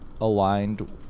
aligned